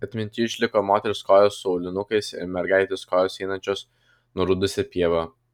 atmintyje išliko moters kojos su aulinukais ir mergaitės kojos einančios nurudusia pieva